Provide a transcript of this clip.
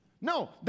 No